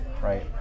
right